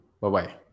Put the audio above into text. Bye-bye